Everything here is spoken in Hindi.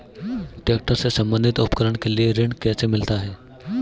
ट्रैक्टर से संबंधित उपकरण के लिए ऋण कैसे मिलता है?